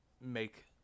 make